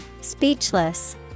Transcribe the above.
Speechless